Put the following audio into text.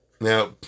Now